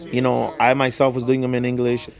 you know, i myself was doing them in english,